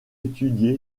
étudié